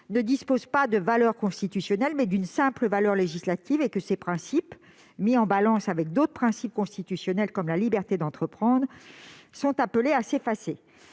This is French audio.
ne disposent pas d'une valeur constitutionnelle, mais d'une simple valeur législative et que ces principes mis en balance avec d'autres principes constitutionnels comme la liberté d'entreprendre sont appelés à s'effacer.